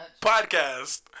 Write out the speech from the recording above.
podcast